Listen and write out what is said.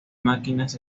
máquinas